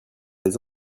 les